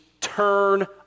turn